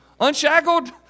Unshackled